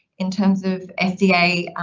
in terms of sta,